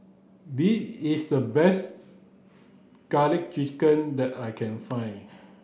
this is the best garlic chicken that I can find